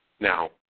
Now